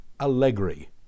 Allegri